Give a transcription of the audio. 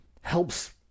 helps